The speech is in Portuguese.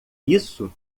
isso